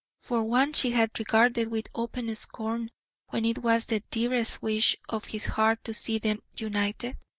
for one she had regarded with open scorn when it was the dearest wish of his heart to see them united?